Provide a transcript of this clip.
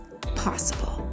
possible